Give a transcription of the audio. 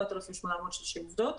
7,860 יולדות,